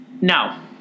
No